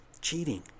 Cheating